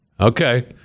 Okay